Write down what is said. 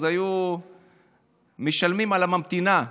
היו משלמים על הממתינה,